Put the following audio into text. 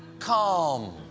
calm.